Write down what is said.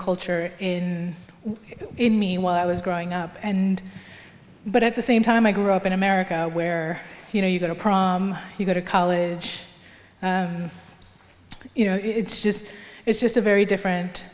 culture in in me while i was growing up and but at the same time i grew up in america where you know you going to go to college you know it's just it's just a very different